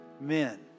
men